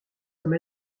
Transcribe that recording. comme